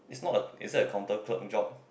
it's not a is that a counter clerk job